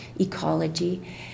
ecology